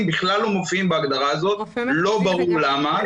בכלל לא מופיעים בהגדרה הזאת ולא ברור למה.